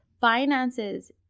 finances